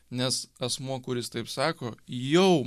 nes asmuo kuris taip sako jau